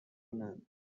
کنند